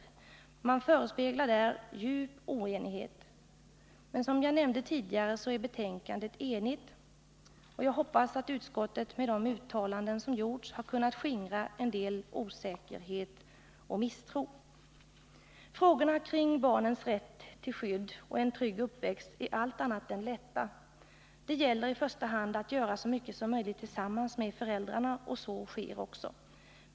I massmedia förespeglar man djup oenighet, men som jag nämnde tidigare är betänkandet enhälligt. Jag hoppas att utskottet med de uttalanden som gjorts har kunnat skingra en del osäkerhet och misstro. Frågorna kring barnens rätt till skydd och en trygg uppväxt är allt annat än lätta. Det gäller i första hand att göra så mycket som möjligt tillsammans med föräldrarna, och så sker också.